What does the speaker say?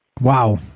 Wow